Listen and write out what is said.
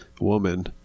woman